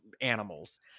animals